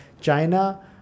China